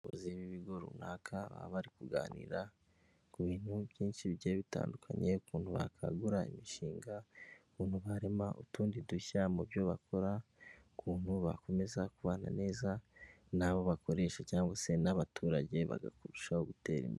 Abayobozi b'ibigo runaka baba bari kuganira ku bintu byinshi bigiye bitandukanye, ukuntu bakagura imishinga, ukuntu barema utundi dushya mu byo bakora, ukuntu bakomeza kubana neza n'abo bakoresha cyangwa se n'abaturage bakarushaho gutera imbere.